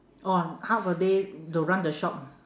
oh half a day to run the shop